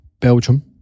Belgium